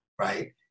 right